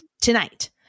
tonight